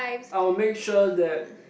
I will make sure that